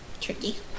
tricky